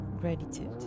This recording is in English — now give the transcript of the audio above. Gratitude